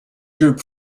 droop